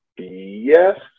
yes